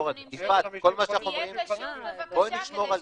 זה שיש לנו ויכוח על